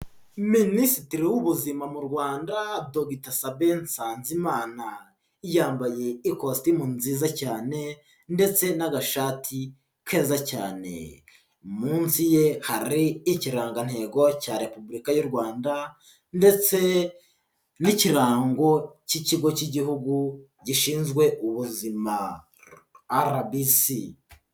Minisitiri w'Ubuzima mu Rwanda Dr Sabin Nsanzimana, yambaye ikositimu nziza cyane ndetse n'agashati keza cyane, munsi ye hari Ikirangantego cya Repubulika y'u Rwanda ndetse n'Ikirango cy'Ikigo cy'Igihugu gishinzwe ubuzima RBC.